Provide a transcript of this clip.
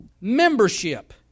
membership